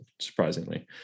surprisingly